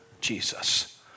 Jesus